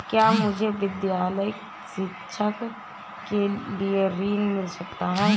क्या मुझे विद्यालय शिक्षा के लिए ऋण मिल सकता है?